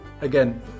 again